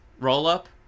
roll-up